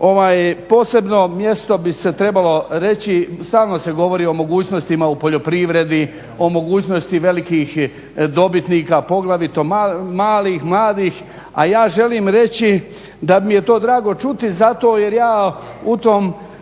ovaj posebno mjesto bi se trebalo reći, stalno se govori o mogućnostima u poljoprivredi, o mogućnostima velikih dobitnika poglavito malih, mladih a ja želim reći da mi je to drago čuti zato jer ja u tom